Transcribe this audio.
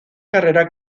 carrera